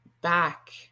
back